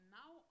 now